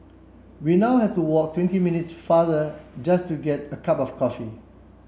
we now have to walk twenty minutes farther just to get a cup of coffee